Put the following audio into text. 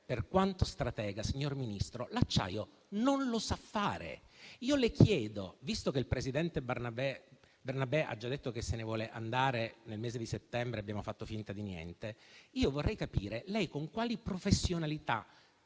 per quanto stratega, signor Ministro, l'acciaio non lo sa produrre. Visto che il presidente Bernabè, ha già detto che se ne vuole andare nel mese di settembre e abbiamo fatto finta di niente, vorrei capire lei con quali professionalità